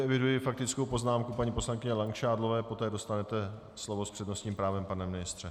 Eviduji faktickou poznámku paní poslankyně Langšádlové, poté dostanete slovo s přednostním právem, pane ministře.